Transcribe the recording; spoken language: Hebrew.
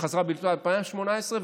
וחזרה ב-2018,